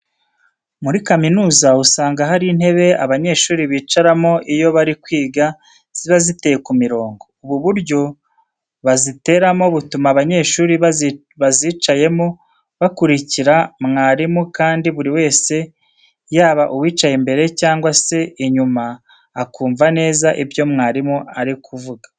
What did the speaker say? Muri kaminuza usanga hari intebe abanyeshuri bicaramo iyo bari kwiga ziba ziteye ku mirongo. Ubu buryo baziteramo butuma abanyeshuri bazicayemo bakurikira mwarimu kandi buri wese yaba uwicaye imbere cyangwa se uri inyuma akumva neza ibyo mwarimu ari kuvuga.